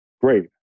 Great